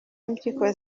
impyiko